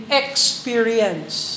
experience